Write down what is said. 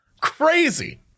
Crazy